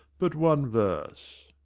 but one verse.